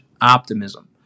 Optimism